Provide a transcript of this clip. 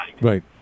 Right